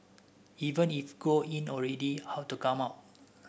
even if go in already how to come out